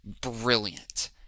brilliant